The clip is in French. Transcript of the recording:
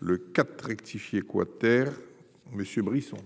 le cap rectifier quater monsieur Brisson.